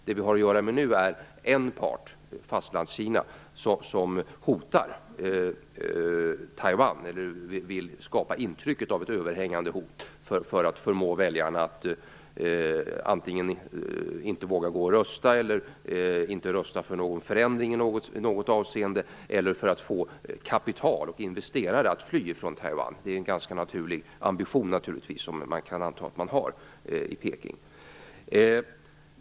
Det vi har att göra med i dag är att en part, Fastlandskina, hotar Taiwan eller vill skapa intrycket av ett överhängande hot för att förmå väljarna att antingen inte våga rösta eller inte rösta för en förändring i något avseende eller för att få kapital och investerare att fly från Taiwan. Det är en ganska naturlig ambition i Peking.